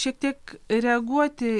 šiek tiek reaguoti